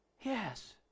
Yes